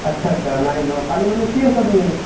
আচ্ছা আচ্ছা নাই ন কালি মানে ফ্ৰী আছ তুমি